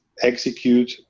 execute